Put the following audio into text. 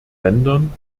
ländern